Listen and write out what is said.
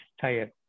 tired